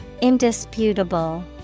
Indisputable